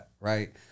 right